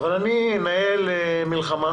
אני אנהל מלחמה